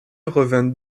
revint